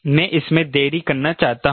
मैं इसमें देरी करना चाहता हूं